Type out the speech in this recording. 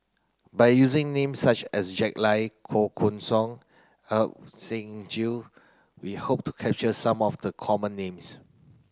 by using names such as Jack Lai Koh Guan Song Ajit Singh Gill we hope to capture some of the common names